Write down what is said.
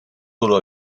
座落